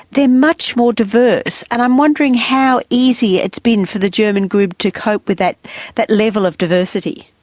they're much more diverse, and i'm wondering how easy it's been for the german grid to cope with that that level of diversity.